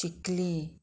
चिकले